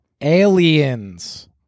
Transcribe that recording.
Aliens